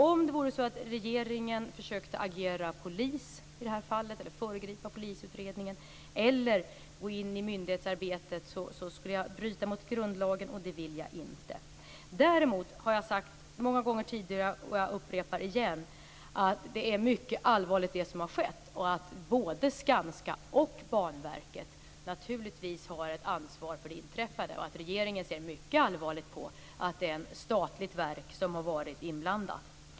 Om regeringen försökte agera polis i det här fallet, försökte föregripa polisutredningen eller gå in i myndighetsarbetet skulle jag bryta mot grundlagen, och det vill jag inte. Däremot har jag sagt många gånger tidigare, och jag upprepar det igen, att det som har skett är mycket allvarligt och att både Skanska och Banverket naturligtvis har ett ansvar för det inträffade. Regeringen ser mycket allvarligt på att ett statligt verk har varit inblandat.